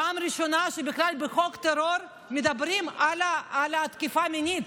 בפעם הראשונה בחוק טרור בכלל מדברים על תקיפה מינית,